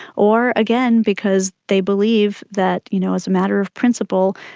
or again because they believe that you know as a matter of principle,